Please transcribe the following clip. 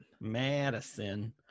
Madison